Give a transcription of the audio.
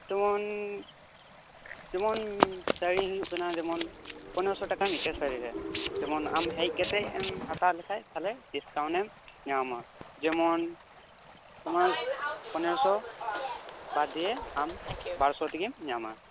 ᱛᱚᱧ ᱡᱮᱢᱚᱱ ᱥᱟᱲᱤ ᱦᱩᱭᱩᱜ ᱠᱟᱱᱟ ᱡᱮᱢᱚᱱ ᱯᱚᱱᱨᱚᱥᱚ ᱴᱟᱠᱟ ᱢᱤᱫ ᱴᱮᱡ ᱥᱟᱲᱤ ᱨᱮ ᱡᱮᱢᱚᱱ ᱟᱢ ᱦᱮᱡ ᱠᱟᱛᱮᱫ ᱮᱢ ᱦᱟᱛᱟᱣ ᱞᱮᱠᱷᱟᱡ ᱛᱟᱦᱞᱮ ᱰᱤᱥᱠᱟᱣᱩᱸᱰ ᱮᱢ ᱧᱟᱢᱟ ᱡᱮᱢᱚᱱ ᱛᱳᱢᱟᱨ ᱯᱚᱱᱮᱨᱚᱥᱚ ᱵᱟᱫᱽ ᱫᱤᱭᱮ ᱟᱢ ᱵᱟᱨᱚᱥᱚ ᱛᱮᱜᱮᱢ ᱧᱟᱢᱟ